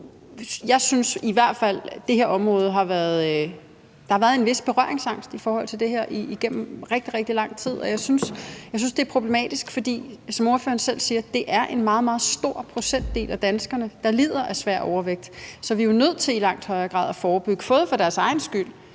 ud. Jeg synes i hvert fald, at der har været en vis berøringsangst i forhold til det her igennem rigtig, rigtig lang tid, og jeg synes, det er problematisk, for som ordføreren selv siger, er det en meget, meget stor procentdel af danskerne, der lider af svær overvægt. Så vi er jo nødt til i langt højere grad at forebygge, både for deres egen skyld,